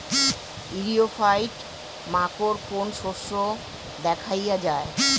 ইরিও ফাইট মাকোর কোন শস্য দেখাইয়া যায়?